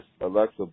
Alexa